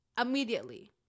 immediately